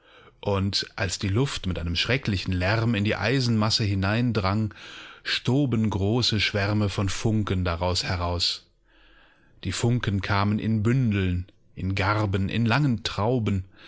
und als die luft mit einem schrecklichen lärm in die eisenmasse hineindrang stoben große schwärme von funken daraus heraus die funken kamen in bündeln in garben in langentrauben